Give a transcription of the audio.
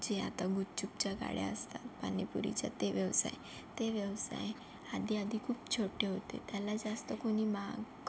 जे आता गुपचुपच्या गाड्या असतात पाणीपुरीच्या ते व्यवसाय ते व्यवसाय आधी आधी खूप छोटे होते त्याला जास्त कोणी मांग